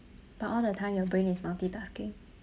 but all the time your brain is multitasking